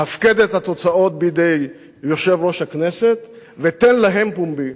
הפקד את התוצאות בידי יושב-ראש הכנסת ותן להן פומבי.